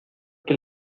que